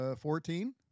fourteen